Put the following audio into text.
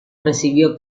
recibió